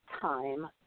time